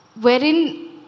wherein